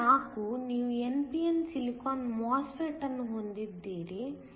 ಪ್ರಶ್ನೆ 4 ನೀವು n p n silicon MOSFET ಅನ್ನು ಹೊಂದಿದ್ದೀರಿ